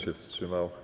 się wstrzymał?